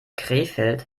krefeld